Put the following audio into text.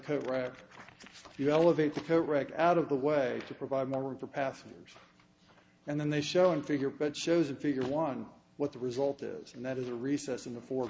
correct out of the way to provide more room for passengers and then they show in figure but shows in figure one what the result is and that is a recess in the fourt